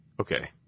Okay